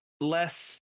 less